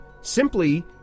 simply